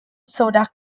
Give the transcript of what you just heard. soda